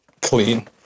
clean